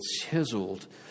chiseled